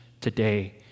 today